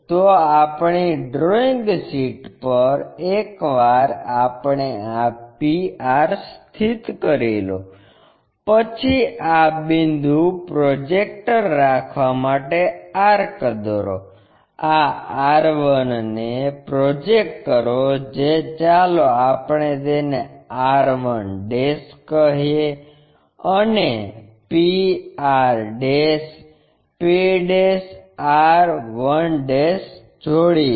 તો આપણી drawing sheet પર એકવાર આપણે આ p r સ્થિત કરી લો પછી આ બિંદુ માટે પ્રોજેક્ટર રાખવા માટે આર્ક દોરો આ r 1 ને પ્રોજેક્ટ કરો જે ચાલો આપણે તેને r 1 કહીએ અને p r p r 1 જોડીએ